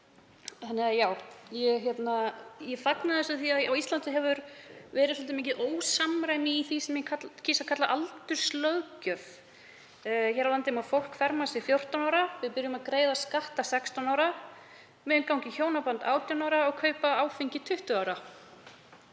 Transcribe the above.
mál koma. Ég fagna þessu því á Íslandi hefur verið svolítið mikið ósamræmi í því sem ég kýs að kalla aldurslöggjöf. Hér á landi má ferma fólk 14 ára, við byrjum að greiða skatta 16 ára, megum ganga í hjónaband 18 ára og kaupa áfengi 20 ára.